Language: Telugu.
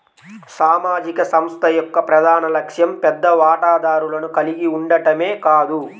సామాజిక సంస్థ యొక్క ప్రధాన లక్ష్యం పెద్ద వాటాదారులను కలిగి ఉండటమే కాదు